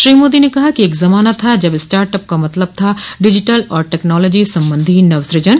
श्री मोदी ने कहा कि एक जमाना था जब स्टार्टअप का मतलब था डिजिटल और टैक्नोलोजी संबंधी नवसूजन